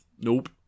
Nope